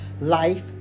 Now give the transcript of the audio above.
Life